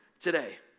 today